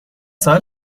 ساحل